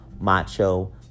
macho